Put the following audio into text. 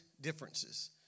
differences